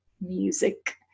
music